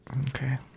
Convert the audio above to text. okay